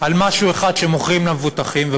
על כך שמוכרים למבוטחים משהו אחד,